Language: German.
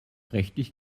rechtlich